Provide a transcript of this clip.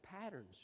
patterns